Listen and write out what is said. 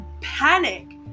panic